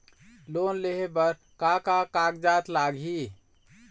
Loan लेहे बर का का कागज लगही?